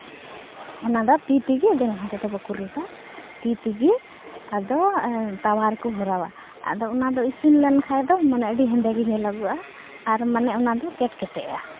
ᱚᱱᱟ ᱫᱚ ᱛᱤ ᱛᱮᱜᱮ ᱵᱮᱞᱱᱟ ᱛᱮᱫᱚ ᱵᱟᱠᱚ ᱨᱤᱫᱟ ᱛᱤ ᱛᱮᱜᱮ ᱟᱫᱚ ᱛᱟᱣᱟ ᱨᱮᱠᱚ ᱵᱷᱚᱨᱟᱣᱟ ᱟᱫᱚ ᱚᱱᱟ ᱫᱚ ᱤᱥᱤᱱ ᱞᱮᱱ ᱠᱷᱟᱱ ᱫᱚ ᱢᱟᱱᱮ ᱟᱹᱰᱤ ᱦᱮᱸᱫᱮ ᱜᱮ ᱧᱮᱞᱚᱜᱚᱜᱼᱟ ᱟᱨ ᱢᱟᱱᱮ ᱚᱱᱟ ᱫᱚ ᱠᱮᱴᱠᱮᱴᱮᱜᱼᱟ